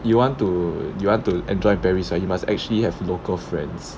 you want to you want to enjoy paris right you must actually have local friends